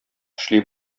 эшли